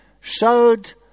showed